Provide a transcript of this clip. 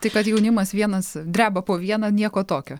tai kad jaunimas vienas dreba po vieną nieko tokio